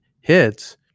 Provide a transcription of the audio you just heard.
hits